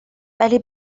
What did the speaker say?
ولی